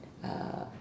uh